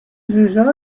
jugea